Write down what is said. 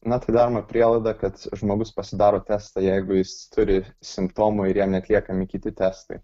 na tai daroma prielaida kad žmogus pasidaro testą jeigu jis turi simptomų ir jam atliekami kiti testai